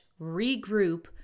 regroup